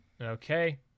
Okay